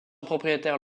propriétaire